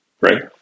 Right